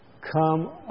come